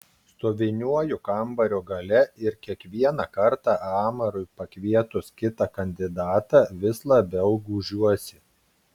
stoviniuoju kambario gale ir kiekvieną kartą amarui pakvietus kitą kandidatą vis labiau gūžiuosi